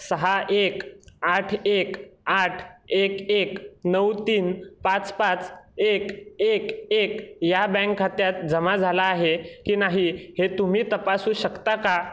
सहा एक आठ एक आठ एक एक नऊ तीन पाच पाच एक एक एक या बँक खात्यात जमा झाला आहे की नाही हे तुम्ही तपासू शकता का